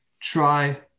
try